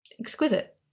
Exquisite